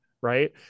Right